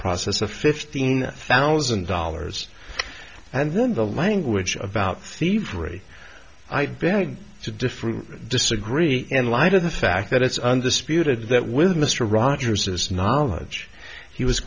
process of fifteen thousand dollars and then the language of about thievery i beg to differ disagree in light of the fact that it's under spirited that with mr rogers this knowledge he was